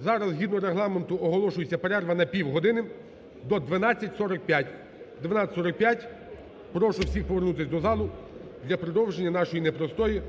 зараз згідно Регламенту оголошується перерва на півгодини – до 12:45. О 12:45 прошу всіх повернутися до залу для продовження нашої не простої,